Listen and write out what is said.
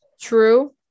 true